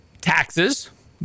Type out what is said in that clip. taxes